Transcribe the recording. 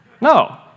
No